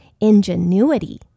Ingenuity